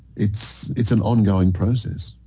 it's it's an ongoing process.